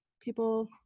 people